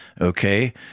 Okay